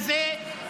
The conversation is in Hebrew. אז הפשיסט הזה,